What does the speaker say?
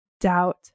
doubt